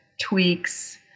tweaks